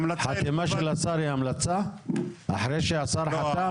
חתימה של השר היא המלצה, אחרי שהשר חתם?